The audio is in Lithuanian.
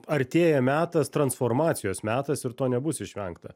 artėja metas transformacijos metas ir to nebus išvengta